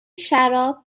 شراب